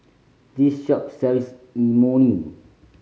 this shop sells Imoni